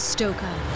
Stoker